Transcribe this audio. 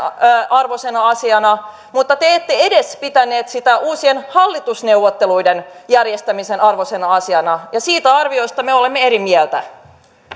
arvoisena asiana mutta te te ette pitänyt sitä edes uusien hallitusneuvotteluiden järjestämisen arvoisena asiana ja siitä arviosta me olemme eri mieltä